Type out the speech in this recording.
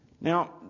Now